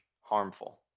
harmful